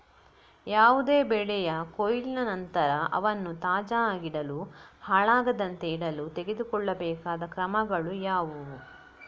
ಯಾವುದೇ ಬೆಳೆಯ ಕೊಯ್ಲಿನ ನಂತರ ಅವನ್ನು ತಾಜಾ ಆಗಿಡಲು, ಹಾಳಾಗದಂತೆ ಇಡಲು ತೆಗೆದುಕೊಳ್ಳಬೇಕಾದ ಕ್ರಮಗಳು ಯಾವುವು?